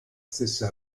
stessa